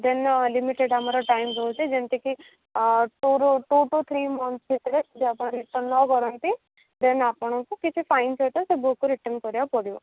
ଦେନ୍ limited ଆମର time ରହୁଛି ଯେମିତିକି ଟୁ ରୁ ଟୁ ଟୁ ଥ୍ରୀ ମନ୍ଥସ୍ ଭିତରେ ଯଦି ଆପଣ ରିଟର୍ଣ୍ଣ ନ କରନ୍ତି ଦେନ୍ ଆପଣଙ୍କୁ କିଛି ଫାଇନ୍ ସହିତ ସେ ବୁକ୍ ରିଟର୍ଣ୍ଣ କରିବାକୁ ପଡ଼ିବ